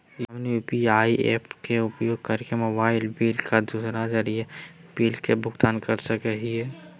हमनी UPI apps के उपयोग करके मोबाइल बिल आ दूसर जरुरी बिल के भुगतान कर सको हीयई